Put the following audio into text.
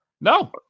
No